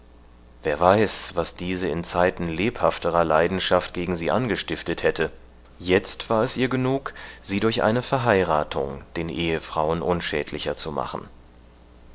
wer weiß was diese in zeiten lebhafterer leidenschaft gegen sie angestiftet hätte jetzt war es ihr genug sie durch eine verheiratung den ehefrauen unschädlicher zu machen